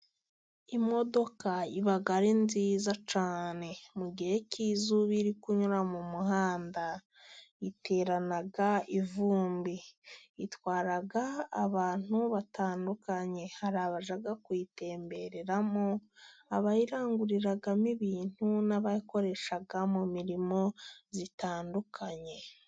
Imodoka iba ari nziza cyane. Mu gihe cy'izuba iri kunyura mu muhanda iterana ivumbi. Itwara abantu batandukanye, hari abajya kuyitembereramo, abayiranguriramo ibintu n'abayikoresha mu mirimo itandukanye.